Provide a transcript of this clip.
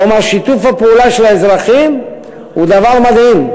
כלומר, שיתוף הפעולה של האזרחים הוא מדהים.